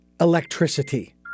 electricity